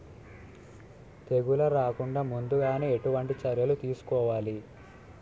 తెగుళ్ల రాకుండ ముందుగానే ఎటువంటి చర్యలు తీసుకోవాలి?